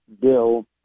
bill